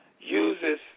uses